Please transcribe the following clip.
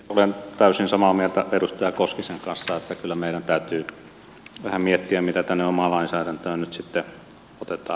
olen täysin samaa mieltä edustaja koskisen kanssa että kyllä meidän täytyy vähän miettiä mitä tänne omaan lainsäädäntöön nyt otetaan